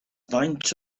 faint